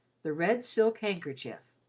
the red silk handkerchief.